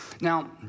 Now